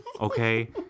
okay